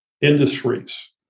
industries